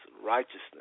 righteousness